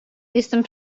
jestem